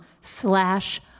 slash